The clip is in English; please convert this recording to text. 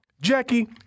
Jackie